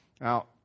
Now